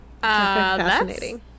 Fascinating